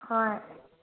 ꯍꯣꯏ